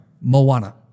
Moana